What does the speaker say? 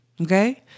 Okay